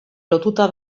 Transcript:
lotuta